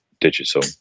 digital